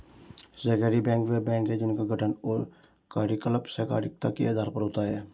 सहकारी बैंक वे बैंक हैं जिनका गठन और कार्यकलाप सहकारिता के आधार पर होता है